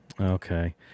Okay